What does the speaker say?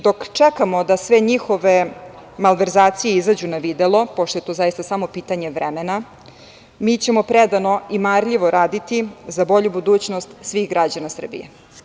Dok čekamo da sve njihove malverzacije izađu na videlo, pošto je to zaista samo pitanje vremena, mi ćemo predano i marljivo raditi za bolju budućnost svih građana Srbije.